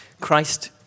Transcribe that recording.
Christ